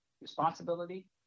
responsibility